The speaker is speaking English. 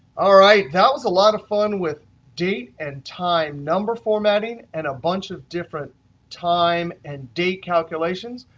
all right. that was a lot of fun with date and time number formatting, and a bunch of different time and date calculations.